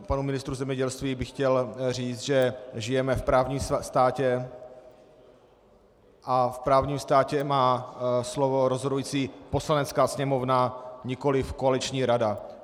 Panu ministru zemědělství bych chtěl říct, že žijeme v právním státě a v právním státě má rozhodující slovo Poslanecká sněmovna, nikoliv koaliční rada.